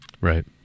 Right